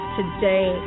today